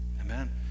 Amen